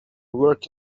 work